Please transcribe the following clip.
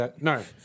No